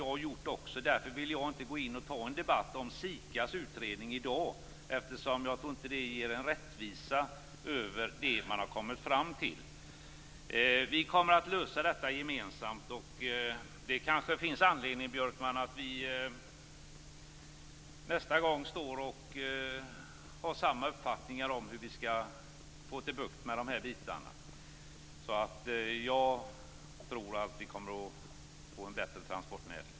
Jag vill inte i dag ta en debatt om SIKA:s utredning eftersom jag inte tror att det ger rättvisa åt det som man har kommit fram till. Vi kommer att lösa detta gemensamt. Kanske finns det, Björkman, anledning att nästa gång vi sammanträder ha samma uppfattning om hur vi skall få bukt med de här bitarna. Jag tror alltså att vi kommer att få en bättre transportnäring.